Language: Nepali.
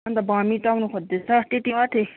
अनि त भमिट आउन खोज्दैछ त्यति मात्रै